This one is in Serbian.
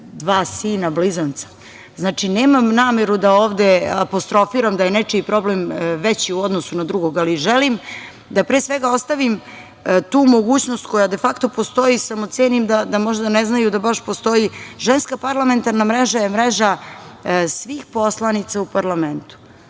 dva sina blizanca. Znači, nemam nameru da ovde apostrofiram da je nečiji problem veći u odnosu na drugog, ali želim da pre svega ostavim tu mogućnost koja de fakto postoji, samo cenim da možda ne znaju da baš postoji Ženska parlamentarna mreža je mreža svih poslanica u parlamentu.